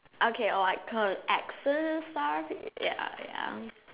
okay oh I got an accent sorry ya ya